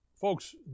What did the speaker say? Folks